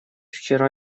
вчера